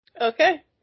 Okay